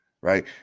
right